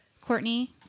Courtney